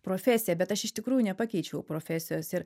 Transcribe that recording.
profesiją bet aš iš tikrųjų nepakeičiau profesijos ir